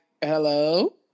hello